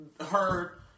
Heard